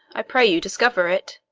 i pray you discover it.